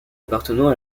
appartenant